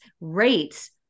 rates